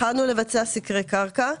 התחלנו לבצע סקרי קרקע.